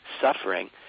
suffering